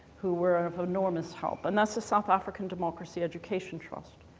who were of enormous help. and that's the south african democracy education trust.